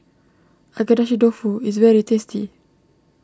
Agedashi Dofu is very tasty